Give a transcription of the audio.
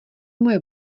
moje